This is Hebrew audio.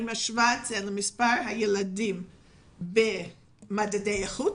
משווה את זה למספר הילדים במדדי איכות,